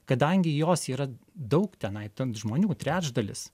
kadangi jos yra daug tenai ten žmonių trečdalis